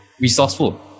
resourceful